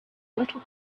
little